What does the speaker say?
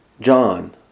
John